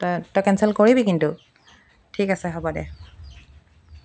তই তই কেঞ্চেল কৰিবি কিন্তু ঠিক আছে হ'ব দে